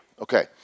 Okay